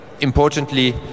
importantly